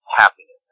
happiness